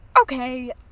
Okay